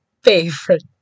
Favorite